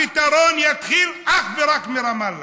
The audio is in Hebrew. הפתרון יתחיל אך ורק מרמאללה.